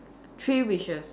three wishes